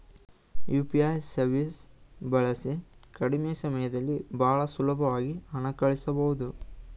UPI ಸವೀಸ್ ಬಳಸಿ ಕಡಿಮೆ ಸಮಯದಲ್ಲಿ ಬಹಳ ಸುಲಬ್ವಾಗಿ ಹಣ ಕಳಸ್ಬೊದು